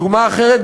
דוגמה אחרת,